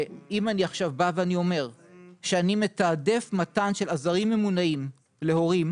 אם אני עכשיו בא ואני אומר שאני מתעדף מתן של עזרים ממונעים להורים,